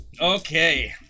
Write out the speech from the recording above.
Okay